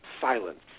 silence